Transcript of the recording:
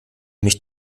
mich